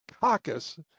Caucus